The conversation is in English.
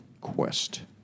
quest